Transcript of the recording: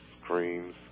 screams